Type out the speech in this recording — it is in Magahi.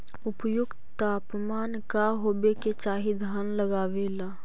उपयुक्त तापमान का होबे के चाही धान लगावे ला?